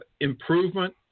improvement